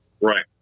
Right